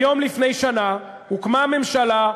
היום לפני שנה הוקמה הממשלה,